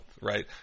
right